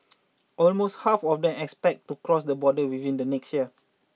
almost half of them expect to cross the borders within the next year